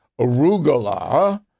arugula